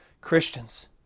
Christians